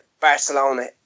Barcelona